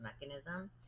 mechanism